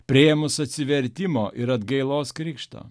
priėmus atsivertimo ir atgailos krikštą